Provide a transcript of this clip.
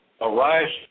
Arise